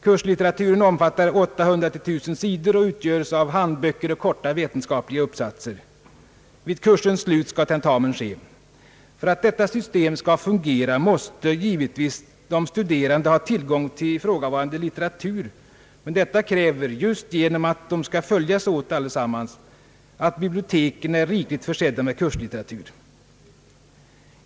Kurslitteraturen omfattar 800—1000 sidor och utgöres av handböcker och korta vetenskapliga uppsatser. Vid kursens slut skall tentamen ske. För att detta system skall fungera måste givetvis de studerande ha tillgång till ifrågavarande litteratur, men detta kräver — just genom att alla skall följas åt — att biblioteken är rikligt försedda med kurslitteratur.